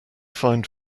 find